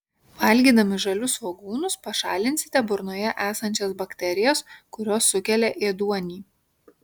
valgydami žalius svogūnus pašalinsite burnoje esančias bakterijas kurios sukelia ėduonį